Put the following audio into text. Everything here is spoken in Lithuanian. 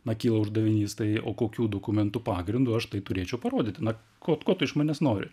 na kyla uždavinys tai o kokių dokumentų pagrindu aš tai turėčiau parodyti na ko ko tu iš manęs nori